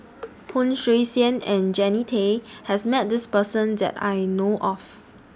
Hon Sui Sen and Jannie Tay has Met This Person that I know of